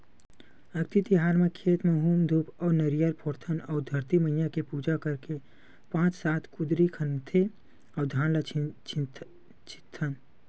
अक्ती तिहार म खेत म हूम धूप अउ नरियर फोड़थन अउ धरती मईया के पूजा करके पाँच सात कुदरी खनथे अउ धान ल छितथन